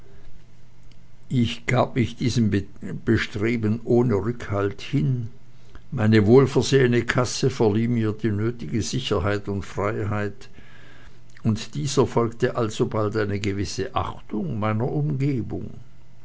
ich gab mich diesem bestreben ohne rückhalt hin meine wohlversehene kasse verlieh mir die nötige sicherheit und freiheit und dieser folgte alsobald eine gewisse achtung meiner umgebung